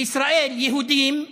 בישראל, יהודים,